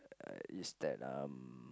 uh is that um